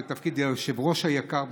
ותפקיד היושב-ראש היקר,